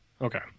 Okay